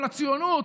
תורם לציונות.